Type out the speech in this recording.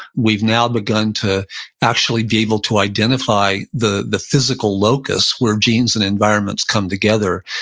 we've now begun to actually be able to identify the the physical locus where genes and environments come together,